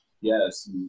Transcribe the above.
Yes